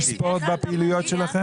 יש ספורט בפעילויות שלכם?